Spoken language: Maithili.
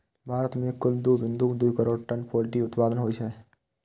भारत मे कुल दू बिंदु दू करोड़ टन पोल्ट्री उत्पादन होइ छै